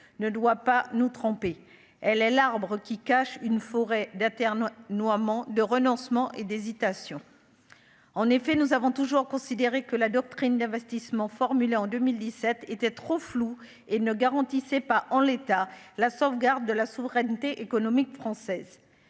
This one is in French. ne doit pas nous tromper, elle est l'arbre qui cache une forêt d'internautes notamment de renoncement et d'hésitations, en effet, nous avons toujours considéré que la doctrine d'investissement formulées en 2017 étaient trop flou et ne garantissait pas en l'état, la sauvegarde de la souveraineté économique française